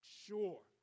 sure